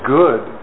good